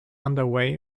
underway